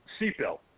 seatbelt